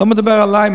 אני לא מדבר עלי,